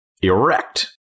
Erect